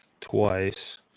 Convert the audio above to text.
twice